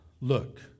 Look